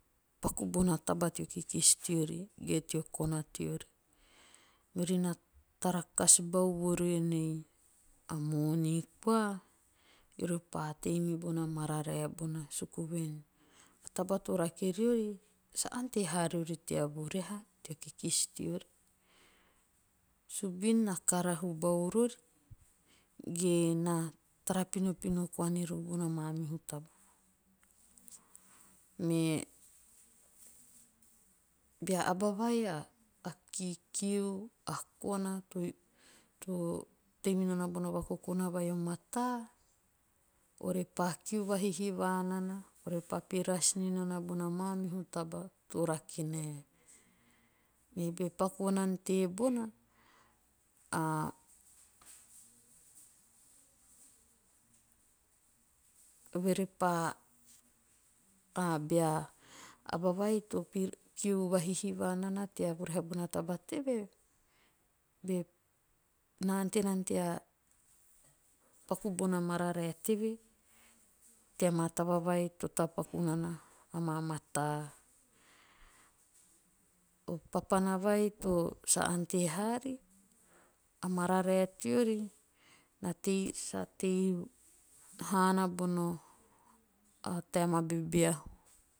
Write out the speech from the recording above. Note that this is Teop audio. Paku bona taba teo kikis teori ge teo kona teori. Miori na tarakas bau vorienei moni koa are pa tei mibona mararae bona. suku voen a taba to rake riori sa ante haa riori tea vureha teo kikis teori. subin na karahu bau rori. ge na tara pinopino koa nirori bona maanuhu taba me bea aba vai a kikiu. a kona. to tei minana bono vakokona vai o mataa. ore pa kiu vahihiva nana. ore pa piras ni nana bona maamihu taba to rake hae. Me be paku vonana tebona. a eve repa a bea to kiu va hihiva nana tea vurahe bona taba teve. be na ante nana tea paku bona mararae teve tea maa taba vai to sa ante haari. a mararae teori na tei sa tei haana bona a taema bebeahu.